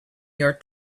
your